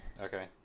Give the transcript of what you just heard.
Okay